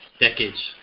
Decades